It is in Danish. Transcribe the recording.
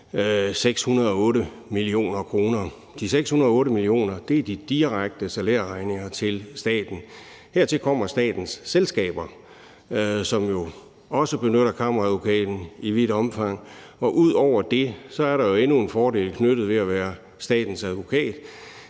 608 mio. kr. De 608 mio. kr. er de direkte salærregninger til staten, og hertil kommer statens selskaber, som også i vidt omfang benytter Kammeradvokaten. Ud over det er der endnu en fordel knyttet til at være statens advokat,